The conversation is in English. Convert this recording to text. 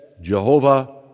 Jehovah